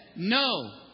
No